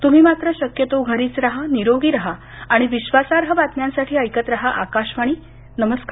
तुम्ही मात्र शक्यतो घरीच राहा निरोगी राहा आणि विश्वासार्ह बातम्यांसाठी ऐकत राहा आकाशवाणी नमस्कार